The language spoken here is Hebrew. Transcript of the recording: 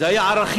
זה היה ערכים,